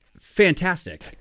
fantastic